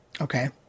Okay